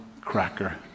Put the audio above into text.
cracker